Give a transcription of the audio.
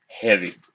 heavy